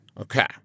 Okay